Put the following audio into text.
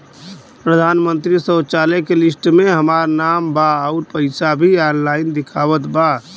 प्रधानमंत्री शौचालय के लिस्ट में हमार नाम बा अउर पैसा भी ऑनलाइन दिखावत बा